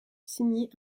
signé